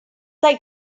like